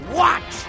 watch